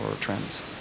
trends